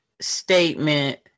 statement